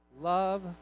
Love